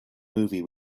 movie